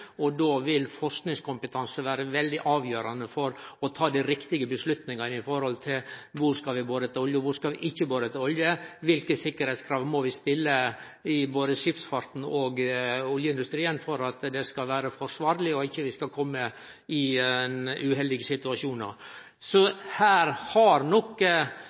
Då vil forskingskompetanse vere veldig avgjerande for å ta dei riktige avgjerdene med tanke på kor vi skal bore etter olje, og kor vi ikkje skal bore etter olje, og kva sikkerheitskrav vi må stille til både skipsfarten og oljeindustrien for at det skal vere forsvarleg, og for at vi ikkje skal kome ut for uheldige situasjonar. Her har nok